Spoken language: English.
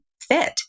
fit